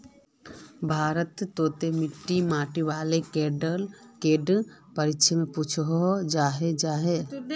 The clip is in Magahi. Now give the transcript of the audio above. भारत तोत मिट्टी माटिर बारे कैडा परीक्षा में पुछोहो जाहा जाहा?